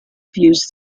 views